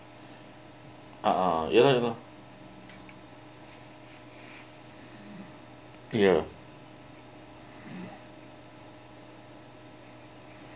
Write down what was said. uh !huh! ya lor ya lor ya